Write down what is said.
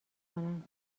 کنند